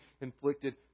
inflicted